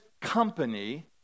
company